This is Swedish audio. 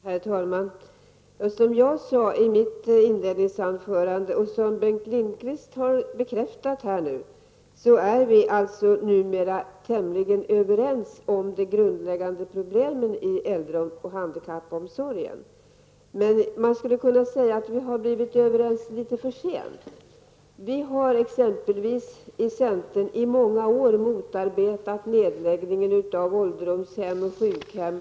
Herr talman! Som jag sade i mitt inledningsanförande och som Bengt Lindqvist har bekräftat är vi numera tämligen överens om de grundläggande problemen i äldre och handikappomsorgen. Men man skulle kunna säga att vi har blivit överens litet för sent. Vi har inom centern t.ex. i många år motarbetat nedläggningen av ålderdomshem och sjukhem.